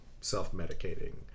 self-medicating